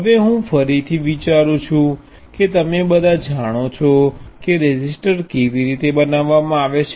હવે હું ફરીથી વિચારું છું કે તમે બધા જાણે છે કે રેઝિસ્ટર કેવી રીતે બનાવવામાં આવે છે